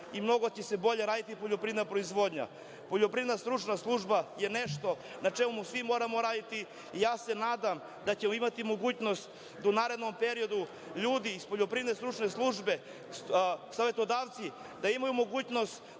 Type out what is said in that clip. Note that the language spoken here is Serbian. i mnogo će se bolje raditi poljoprivredna proizvodnja. Poljoprivredna stručna služba je nešto na čemu moramo svi raditi. Nadam se da ćemo imati mogućnost da u narednom periodu ljudi iz Poljoprivredne stručne službe, savetodavci imaju mogućnost